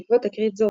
בעקבות תקרית זאת,